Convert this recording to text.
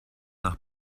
nach